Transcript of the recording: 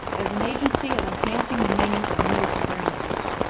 as an agency of enhancing the meaning of new experiences.